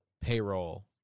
payroll